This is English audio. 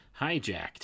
hijacked